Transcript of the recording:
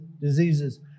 diseases